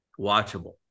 watchable